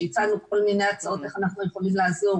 כשהצענו כל מיני הצעות איך אנחנו יכולים לעזור